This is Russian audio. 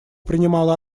принимала